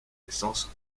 naissance